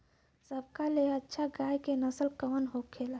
सबका ले अच्छा गाय के नस्ल कवन होखेला?